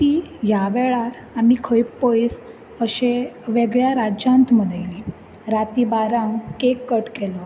ती ह्या वेळार आमी खंय पयस अशें वेगळ्या राज्यांत मनयली राती बारांक कॅक कट केलो